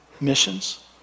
missions